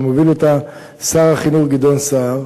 שמוביל אותה שר החינוך גדעון סער,